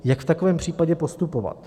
Jak v takovém případě postupovat?